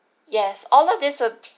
yes all of this will